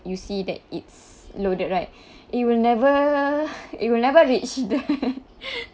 you see that it's loaded right it will never it will never reach